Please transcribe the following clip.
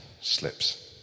slips